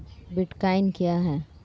Bitcoin क्या है?